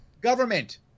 government